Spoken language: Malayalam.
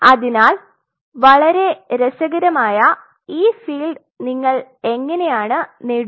അതിനാൽ വളരെ രസകരമായ ഈ ഫീൽഡ് നിങ്ങൾ ഇങ്ങനെയാണ് നേടുന്നത്